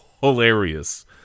hilarious